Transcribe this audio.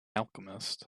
alchemist